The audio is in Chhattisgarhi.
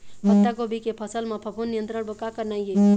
पत्तागोभी के फसल म फफूंद नियंत्रण बर का करना ये?